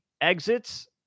exits